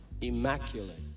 immaculate